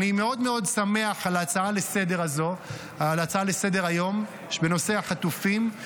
אני מאוד מאוד שמח על ההצעה לסדר-היום הזו בנושא החטופים,